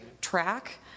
track